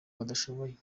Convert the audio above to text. badashoboye